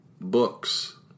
Books